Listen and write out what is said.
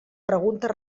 preguntes